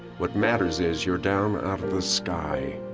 what matters is you're down out of the sky.